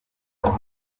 ahawe